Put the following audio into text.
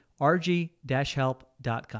rg-help.com